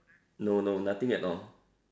no no nothing at all